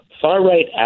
far-right